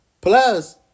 Plus